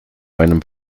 einem